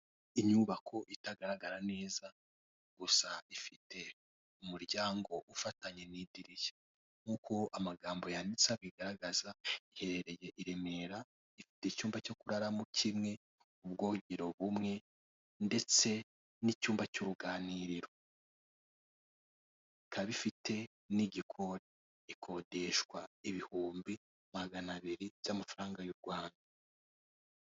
Inyubako itagaragara neza, gusa ifite umuryango ufatanye n'idirishya. Nk'uko amagambo yanditseho abigaragaza, iherereye i Remera, ifite icyumba cyo kuraramo kimwe, ubwogero bumwe ndetse n'icyumba cy'uruganiriro, ifite n'igikoni. Ikodeshwa ibihumbi magana abiri by'amafaranga y'u Rwanda.